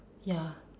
ya